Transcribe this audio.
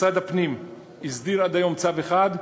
משרד הפנים הסדיר עד היום צו אחד,